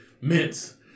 mints